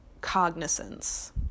cognizance